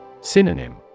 Synonym